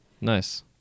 Nice